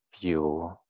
view